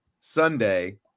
Sunday